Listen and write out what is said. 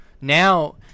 Now